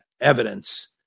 evidence